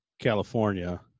California